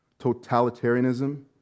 totalitarianism